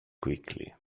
quickly